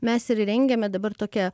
mes ir rengiame dabar tokią